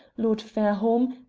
lord fairholme,